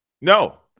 No